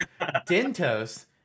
Dentos